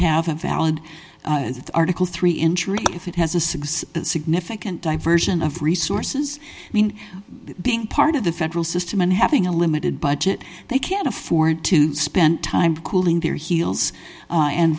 have a valid article three interim if it has a success that significant diversion of resources i mean being part of the federal system and having a limited budget they can't afford to spend time cooling their heels and